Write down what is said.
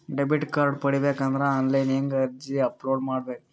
Debit card ಪಡಿಬೇಕು ಅಂದ್ರ online ಹೆಂಗ್ ಅರ್ಜಿ ಅಪಲೊಡ ಮಾಡಬೇಕು?